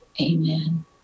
Amen